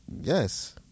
Yes